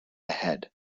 ahead